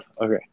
Okay